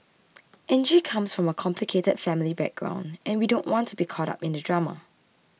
Angie comes from a complicated family background and we don't want to be caught up in the drama